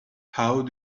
how